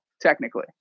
technically